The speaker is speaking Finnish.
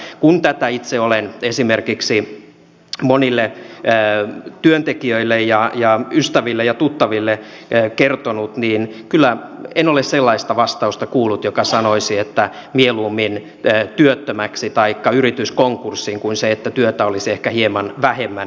kun tätä itse olen esimerkiksi monille työntekijöille ystäville ja tuttaville kertonut niin en ole kyllä sellaista vastausta kuullut joka sanoisi että mieluummin työttömäksi taikka yritys konkurssiin kuin se että työtä olisi ehkä hieman vähemmän